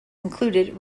included